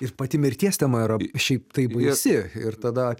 ir pati mirties tema yra šiaip tai baisi ir tada